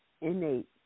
innate